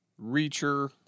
Reacher